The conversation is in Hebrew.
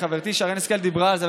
וחברתי שרן השכל דיברה על זה,